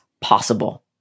possible